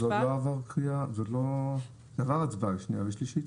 זה עבר הצבעה שנייה ושלישית?